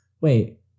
wait